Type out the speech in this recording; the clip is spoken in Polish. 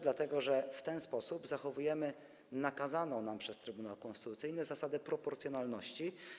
Dlatego że w ten sposób zachowujemy nakazaną nam przez Trybunał Konstytucyjny zasadę proporcjonalności.